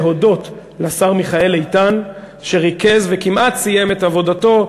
להודות לשר מיכאל איתן שריכז וכמעט סיים את עבודתו,